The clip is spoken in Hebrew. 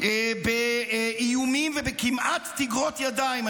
באיומים וכמעט תגרות ידיים.